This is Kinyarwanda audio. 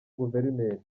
guverineri